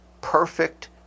perfect